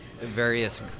various